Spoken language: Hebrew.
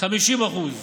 50%